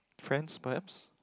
friends perhaps